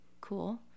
cool